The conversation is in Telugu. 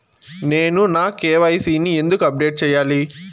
నేను నా కె.వై.సి ని ఎందుకు అప్డేట్ చెయ్యాలి?